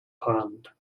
pond